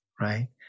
right